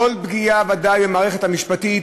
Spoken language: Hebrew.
כל פגיעה, בוודאי במערכת המשפטית,